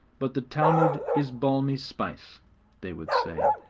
but the talmud is balmy spice they would say.